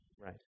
Right